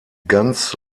ganz